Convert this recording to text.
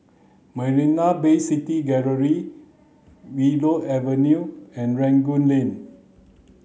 Marina Bay City Gallery Willow Avenue and Rangoon Lane